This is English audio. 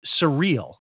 surreal